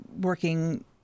working